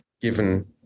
given